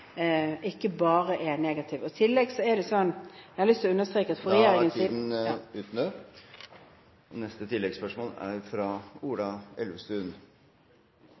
ikke bare er negativ. I tillegg er det slik – jeg har lyst til å understreke det, fordi … Da er taletiden omme. Ola Elvestuen – til oppfølgingsspørsmål. Når målet er